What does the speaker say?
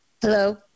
Hello